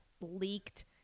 leaked